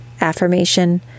Affirmation